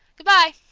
good-bye!